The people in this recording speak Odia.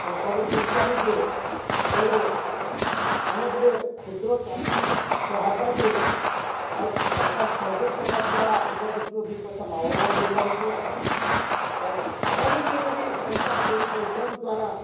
ତ ସବୁ ଠିକ୍ ଚାଲିଛେ ତେଣୁ ଆମେ ଗୋଟେ କ୍ଷୁଦ୍ର ଚାଷୀ ସହାୟତାକେ ଆଜ୍ ସରକାର ସହଯୋଗ କର୍ବାର୍ ଦ୍ୱାରା ଉପଯୁକ୍ତ ଦୁଇ ପଇସା ଲାଭବାନ ହୋଇପାରିଛୁଁ ତ ଆଗାମୀ ଦିନରେେ ବି ଏନ୍ତା ଯଦି ପରିଶ୍ରମ ଦ୍ୱାରା